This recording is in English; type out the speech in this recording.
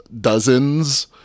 dozens